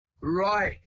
Right